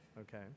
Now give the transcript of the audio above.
Okay